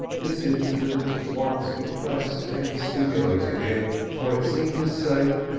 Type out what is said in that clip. this incident at once depressed and stimulated him, for it seemed to say,